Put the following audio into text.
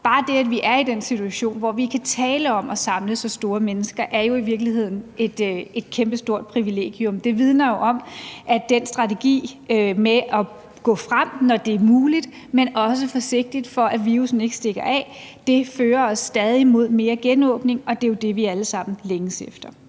Bare det, at vi er i den situation, hvor vi kan tale om at samle så mange mennesker, er jo i virkeligheden et kæmpestort privilegium. Det vidner om, at den strategi med at gå frem, når det er muligt, men også gøre det forsigtigt, for at virussen ikke stikker af, stadig fører os mod mere genåbning, og det er jo det, vi alle sammen længes efter.